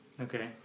Okay